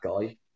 guy